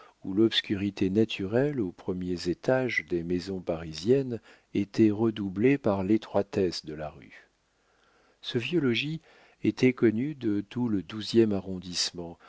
où l'obscurité naturelle aux premiers étages des maisons parisiennes était redoublée par l'étroitesse de la rue ce vieux logis était connu de tout le douzième arrondissement